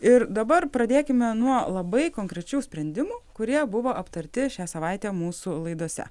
ir dabar pradėkime nuo labai konkrečių sprendimų kurie buvo aptarti šią savaitę mūsų laidose